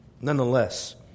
nonetheless